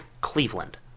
Cleveland